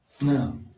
No